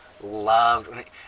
loved